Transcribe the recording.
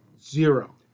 Zero